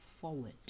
forward